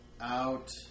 out